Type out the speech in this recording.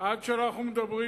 בעוד אנחנו מדברים,